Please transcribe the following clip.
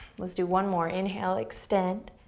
let's do one more, inhale, extend.